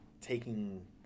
taking